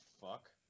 fuck